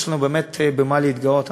יש לנו באמת במה להתגאות,